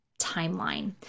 timeline